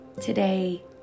Today